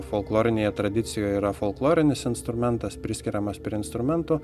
folklorinėje tradicijoje yra folklorinis instrumentas priskiriamas prie instrumentų